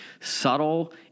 subtle